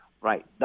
Right